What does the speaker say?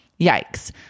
Yikes